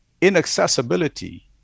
inaccessibility